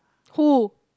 who